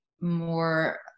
more